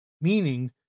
meaning